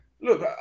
look